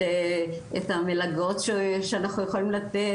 את המלגות שאנחנו יכולים לתת.